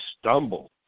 stumble